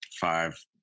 five